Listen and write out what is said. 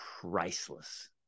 priceless